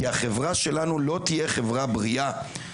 החברה שלנו לא תהיה חברה בריאה,